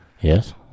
Yes